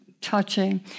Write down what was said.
touching